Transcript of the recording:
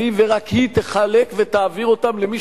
והיא ורק היא תחלק ותעביר אותם למי